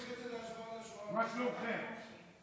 מה שלומכם?